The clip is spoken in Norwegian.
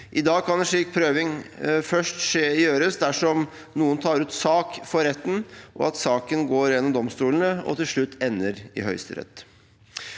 I dag kan en slik prøving først gjøres dersom noen tar ut sak for retten, og saken går gjennom domstolene og til slutt ender i Høyesterett.